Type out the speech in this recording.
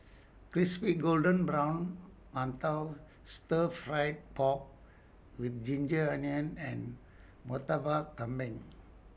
Crispy Golden Brown mantou Stir Fried Pork with Ginger Onions and Murtabak Kambing